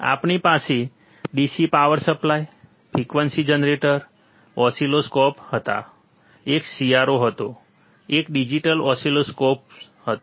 આપણી પાસે DC power supply frequency generator oscilloscopes હતા એક CRO હતો એક ડિજિટલ ઓસિલોસ્કોપ્સ હતો